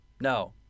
no